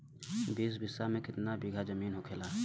बीस बिस्सा में कितना बिघा जमीन होखेला?